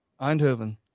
Eindhoven